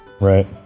Right